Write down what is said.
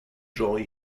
joy